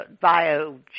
bio